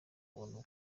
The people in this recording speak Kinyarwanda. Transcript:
bantu